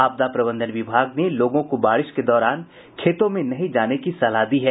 आपदा प्रबंधन विभाग ने लोगों को बारिश के दौरान खेतों में नहीं जाने की सलाह दी है